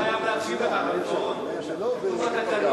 הוא לא חייב להקשיב לך, רוני בר-און.